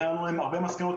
באנו עם הרבה מסקנות,